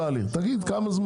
תגיד.